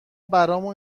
برامون